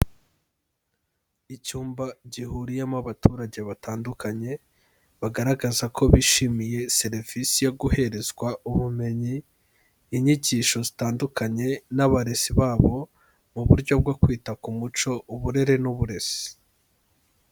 Icyumba gihuriyemo abaturage batandukanye, bagaragaza ko bishimiye serivisi yo guherezwa ubumenyi, inyigisho zitandukanye n'abarezi babo, mu buryo bwo kwita ku muco, uburere n'uburezi.